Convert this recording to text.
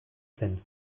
zen